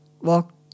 walk